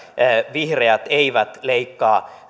vihreät eivät leikkaa